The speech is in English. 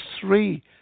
three